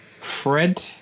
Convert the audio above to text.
Fred